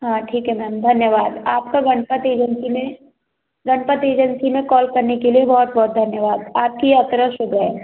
हाँ ठीक है मैम धन्यवाद आपका गनपत एजेन्सी में गनपत एजेन्सी में कॉल करने के लिए बहुत बहुत धन्यवाद आपकी यात्रा शुभ रहे